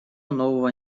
нового